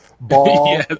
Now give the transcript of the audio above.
ball